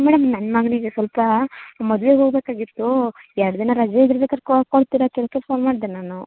madam ನನ್ನ ಮಗನಿಗೆ ಸ್ವಲ್ಪ ಮದ್ವೆಗೆ ಹೋಬೇಕಾಗಿತ್ತು ಎರಡು ದಿನ ರಜೆ ಇದ್ದರೆ ಬೇಕಾದ್ರ್ ಕೊಡ್ತೀರಾ ಕೇಳಕ್ಕೆ ಫೋನ್ ಮಾಡಿದೆ ನಾನು